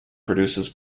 produces